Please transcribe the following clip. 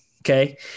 Okay